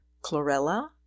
chlorella